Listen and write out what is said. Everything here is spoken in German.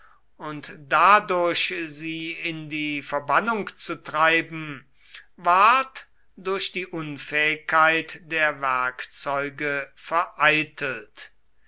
und dadurch sie in die verbannung zu treiben ward durch die unfähigkeit der werkzeuge vereitelt